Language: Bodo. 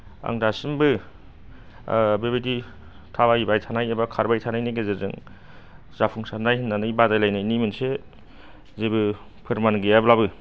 आं दासिमबो बेबायदि थाबायबाय थानाय एबा खारबाय थानायनि गेजेरजों जाफुंसारनाय होन्नानै बादायलायनायनि मोनसे जेबो फोरमान गैयाब्लाबो